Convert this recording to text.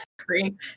screen